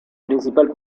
principal